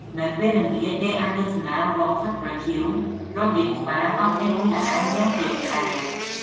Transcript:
នៅពេលល្ងាច គេអាចទស្សនាហ្វូងសត្វប្រចៀវរាប់លានក្បាលហោះចេញពីល្អាងយ៉ាងត្រៀបត្រា។